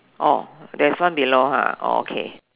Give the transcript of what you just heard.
oh there's one below ha oh okay